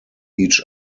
each